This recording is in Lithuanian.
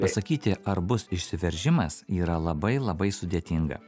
pasakyti ar bus išsiveržimas yra labai labai sudėtinga